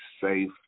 safe